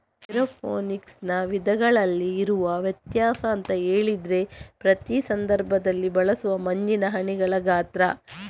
ಏರೋಫೋನಿಕ್ಸಿನ ವಿಧಗಳಲ್ಲಿ ಇರುವ ವ್ಯತ್ಯಾಸ ಅಂತ ಹೇಳಿದ್ರೆ ಪ್ರತಿ ಸಂದರ್ಭದಲ್ಲಿ ಬಳಸುವ ಮಂಜಿನ ಹನಿಗಳ ಗಾತ್ರ